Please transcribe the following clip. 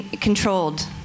controlled